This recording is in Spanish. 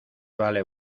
vale